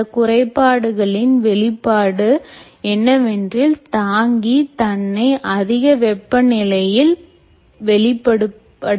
இந்த குறைபாடுகளின் வெளிப்பாடு என்னவென்றால் தாங்கி தன்னை அதிக வெப்பநிலையில் வெளிப்படுத்திக் கொள்ளும்